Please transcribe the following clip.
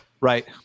right